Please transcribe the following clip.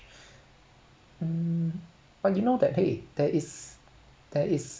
mm but you know that !hey! there is there is